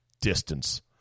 distance